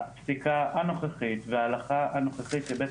הפסיקה הנוכחית וההלכה הנוכחית של בית